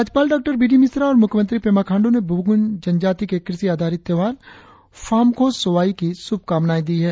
राज्यपाल डॉ B D Mishra और मुख्यमंत्री पेमा खांडू ने बुगुन जनजाति के कृषि आधारित त्योहार फॉमखो सोवाई की शुभकामनाएं दी है